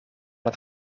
het